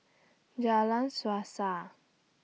Jalan Suasa